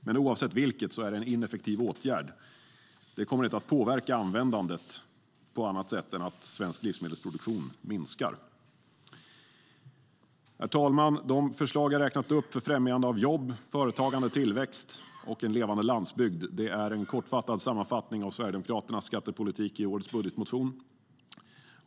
Men oavsett vilket är det en ineffektiv åtgärd som inte kommer att påverka användandet på annat sätt än att svensk livsmedelsproduktion minskar. Herr talman! De förslag som jag har räknat upp för främjande av jobb, företagande, tillväxt och levande landsbygd är en kort sammanfattning av Sverigedemokraternas skattepolitik i årets budgetmotion.